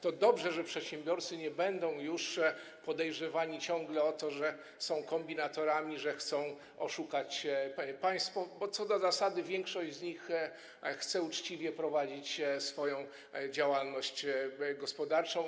To dobrze, że przedsiębiorcy nie będą już podejrzewani ciągle o to, że są kombinatorami, że chcą oszukać państwo, bo co do zasady większość z nich chce uczciwie prowadzić swoją działalność gospodarczą.